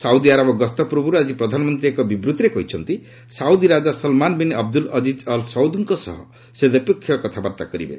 Saudi Arab ଗସ୍ତ ପୂର୍ବରୁ ଆଜି ପ୍ରଧାନମନ୍ତ୍ରୀ ଏକ ବିବୃତ୍ତିରେ କହିଛନ୍ତି ସାଉଦି ରାଜା ସଲମାନବିନ୍ ଅବଦୁଲ୍ ଅଜିକ୍ ଅଲ୍ ସଉଦ୍ଙ୍କ ସହ ସେ ଦ୍ୱିପକ୍ଷିୟ କଥାବାର୍ତ୍ତା କରିବେ